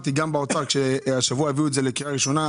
אני אמרתי גם באוצר השבוע כשהביאו את זה לקריאה ראשונה,